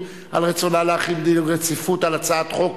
בדרך קצת אחרת,